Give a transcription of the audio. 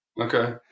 Okay